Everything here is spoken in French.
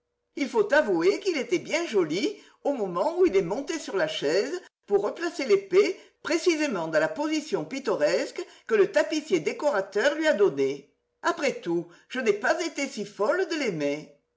il faut avouer qu'il était bien joli au moment où il est monté sur la chaise pour replacer l'épée précisément dans la position pittoresque que le tapissier décorateur lui a donnée après tout je n'ai pas été si folle de l'aimer